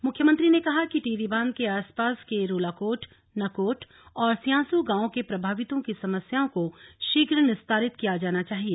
मुख्यमंत्री ने कहा कि टिहरी बांध के आसपास के रोलाकोट नकोट और स्यांसू गांव के प्रभावितों की समस्याओं को शीघ्र निस्तारित किया जाना चाहिए